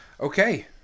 Okay